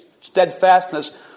steadfastness